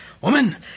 Woman